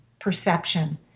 perception